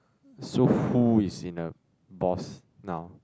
so who is in a boss now